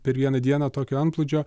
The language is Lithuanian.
per vieną dieną tokio antplūdžio